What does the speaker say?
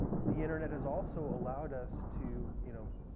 the internet has also allowed us to, you know,